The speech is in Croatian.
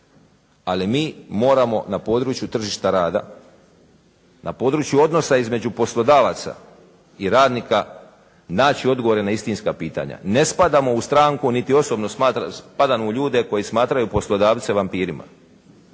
Ali mi moramo na području tržišta rada na području odnosa između poslodavaca i radnika naći dogovore na istinska pitanja. Ne spadamo u stranku niti osobno spadam u ljude koji smatraju poslodavce vampirima